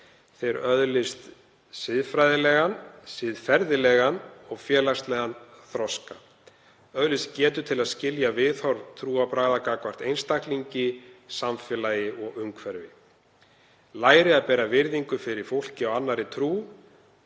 Þeir öðlist siðfræðilegan, siðferðilegan og félagslegan þroska. Öðlist getu til að skilja viðhorf trúarbragða gagnvart einstaklingi, samfélagi og umhverfi. Læri að bera virðingu fyrir fólki af annarri trú